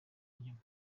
nyuma